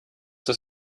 das